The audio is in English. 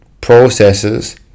processes